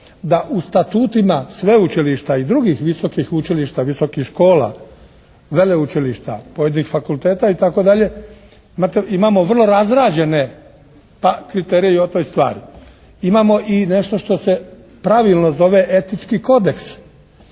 da u statutima sveučilišta i drugih visokih učilišta visokih škola, veleučilišta, pojedinih fakulteta itd. imamo vrlo razrađene kriterije i o toj stvari. Imamo i nešto što se pravilno zove etički kodeks.